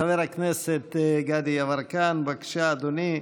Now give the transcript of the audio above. חבר הכנסת גדי יברקן, בבקשה, אדוני,